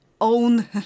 own